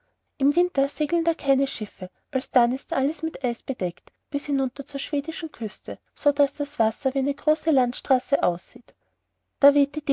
im winter segeln da keine schiffe alsdann ist alles mit eis bedeckt bis hinunter zur schwedischen küste sodaß das wasser wie eine große landstraße aussieht da weht